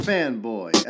Fanboy